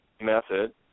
method